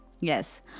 Yes